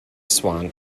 swan